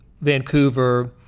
Vancouver